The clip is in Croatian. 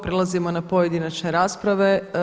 Prelazimo na pojedinačne rasprave.